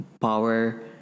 power